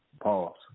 Pause